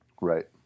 Right